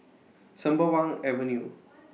Sembawang Avenue